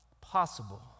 possible